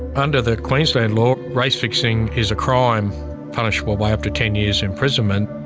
under the queensland law, race fixing is a crime punishable by up to ten years imprisonment.